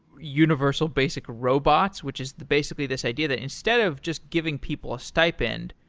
universal basic robots, which is basically this idea that instead of just giving people a stipend,